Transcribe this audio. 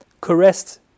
caressed